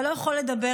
אתה לא יכול לדבר,